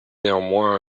néanmoins